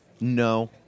no